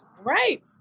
right